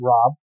Rob